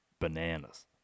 bananas